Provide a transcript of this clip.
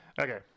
Okay